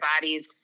bodies